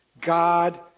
God